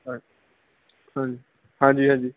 ਹਾ ਹਾ ਹਾਂਜੀ ਹਾਂਜੀ